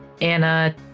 Anna